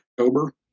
October